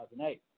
2008